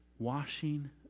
Washing